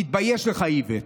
תתבייש לך, איווט.